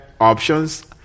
Options